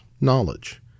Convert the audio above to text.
knowledge